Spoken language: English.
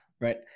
right